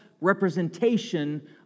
representation